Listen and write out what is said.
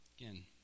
Again